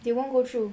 they won't go through